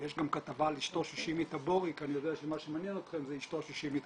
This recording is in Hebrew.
יש גם כתבה על אשתו של שימי תבורי,